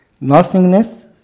nothingness